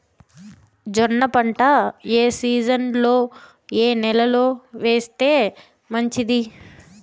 జొన్న పంట ఏ సీజన్లో, ఏ నెల లో వేస్తే మంచిది?